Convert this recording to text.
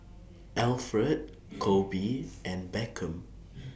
Alfred Kobe and Beckham